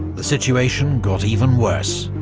the situation got even worse.